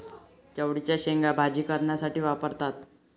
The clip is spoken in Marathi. चवळीच्या शेंगा भाजी करण्यासाठी वापरतात